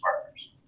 partners